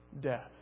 death